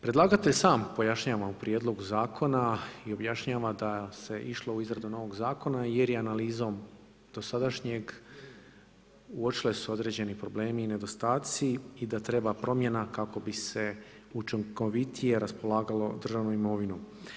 Predlagatelj sam pojašnjava u prijedlogu zakona i objašnjava da se išlo u izradu novog zakona jer je analizom dosadašnjeg uočeni su određeni problemi i nedostaci i da treba promjena kako bi se učinkovitije raspolagalo državnom imovinom.